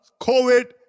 COVID